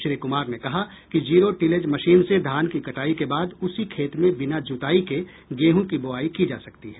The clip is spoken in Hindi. श्री कुमार ने कहा कि जीरो टिलेज मशीन से धान की कटाई के बाद उसी खेत में बिना जुताई के गेहूँ की बोआई की जा सकती है